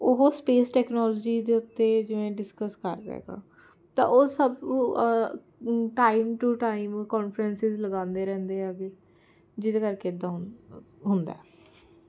ਉਹ space technology ਦੇ ਉੱਤੇ ਜਿਵੇਂ ਡਿਸਕਸ ਕਰ ਰਿਹਾ ਹੈਗਾ ਤਾਂ ਉਹ ਸਭ ਟਾਈਮ ਟੂ ਟਾਈਮ ਕਾਨਫਰੰਸਿਸ ਲਗਾਂਦੇ ਰਹਿੰਦੇ ਆਗੇ ਜਿਹਦੇ ਕਰਕੇ ਇੱਦਾਂ ਹੁੰਦਾ